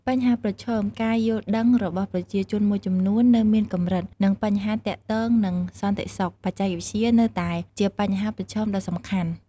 បញ្ហាប្រឈម ការយល់ដឹងរបស់ប្រជាជនមួយចំនួននៅមានកម្រិត និងបញ្ហាទាក់ទងនឹងសន្តិសុខបច្ចេកវិទ្យានៅតែជាបញ្ហាប្រឈមដ៏សំខាន់។